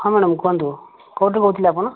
ହଁ ମ୍ୟାଡ଼ାମ କୁହନ୍ତୁ କେଉଁଠୁ କହୁଥିଲେ ଆପଣ